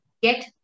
get